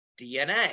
dna